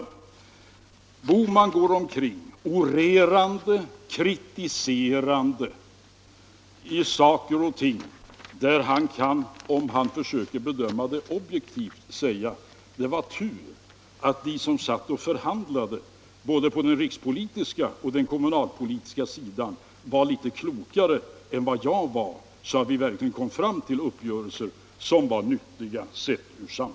Herr Bohman går omkring orerande och kritiserande när man i en fråga kommit fram till en uppgörelse som är nyttig sett ur samhällets synpunkt. Om herr Bohman bedömer en sådan fråga objektivt tänker han säkert innerst inne: det var tur att de som satt och förhandlade både på den rikspolitiska och kommunalpolitiska sidan var litet klokare än jag så att vi fick en sådan uppgörelse som denna.